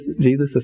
Jesus